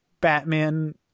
Batman